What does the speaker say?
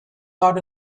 not